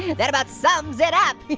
that about sums it up.